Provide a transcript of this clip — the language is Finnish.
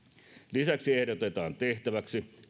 lisäksi ehdotetaan tehtäväksi